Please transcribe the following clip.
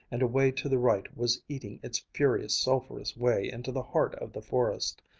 and away to the right was eating its furious, sulphurous way into the heart of the forest.